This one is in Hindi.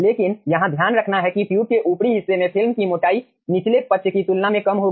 लेकिन यहां ध्यान रखना है कि ट्यूब के ऊपरी हिस्से में फिल्म की मोटाई निचले पक्ष की तुलना में कम होगी